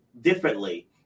differently